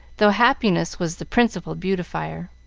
though happiness was the principal beautifier.